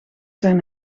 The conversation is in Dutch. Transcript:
zijn